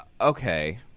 Okay